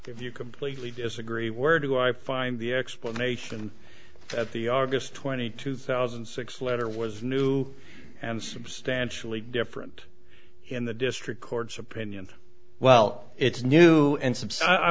if you completely disagree where do i find the explanation at the august twenty two thousand and six letter was new and substantially different in the district court's opinion well it's new